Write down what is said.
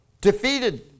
defeated